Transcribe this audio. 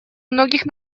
многих